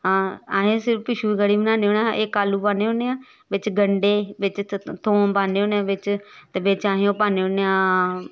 असें सिर्फ पिच्छु कढ़ी बनान्ने होने आं इक आलू पान्ने होन्ने आं बिच्च गंढे बिच्च थोम पान्ने होन्ने आं बिच्च ते बिच्च अस ओह् पान्ने होन्ने आं